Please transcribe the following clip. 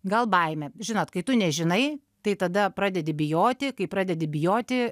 gal baimė žinot kai tu nežinai tai tada pradedi bijoti kai pradedi bijoti